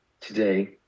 Today